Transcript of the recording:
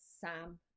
Sam